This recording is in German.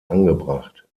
angebracht